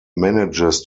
manages